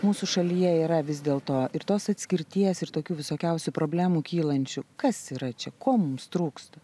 mūsų šalyje yra vis dėl to ir tos atskirties ir tokių visokiausių problemų kylančių kas yra čia ko mums trūksta